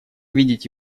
видеть